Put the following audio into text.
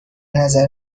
نظر